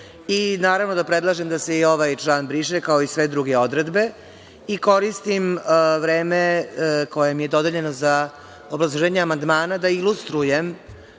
Naravno da predlažem da se i ovaj član briše, kao i sve druge odredbe. Koristim vreme koje mi je dodeljeno za obrazloženje amandmana da ilustrujem